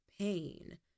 pain